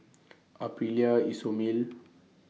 Aprilia Isomil